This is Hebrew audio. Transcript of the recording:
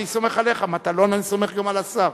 אני סומך עליך, מטלון, אני סומך גם על השר.